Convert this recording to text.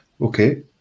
Okay